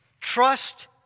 trust